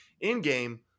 in-game